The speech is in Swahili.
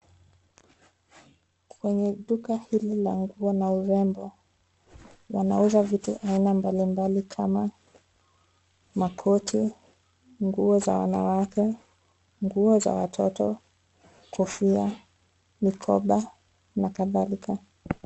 Kwenye duka hili la nguo na urembo, wanauza vitu aina mbalimbali kama makoti, nguo za wanawake, nguo za watoto, kofia, mikoba na kadhalika.